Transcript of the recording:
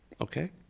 okay